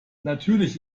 natürlich